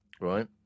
right